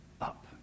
up